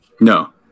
No